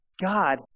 God